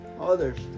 others